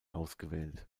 ausgewählt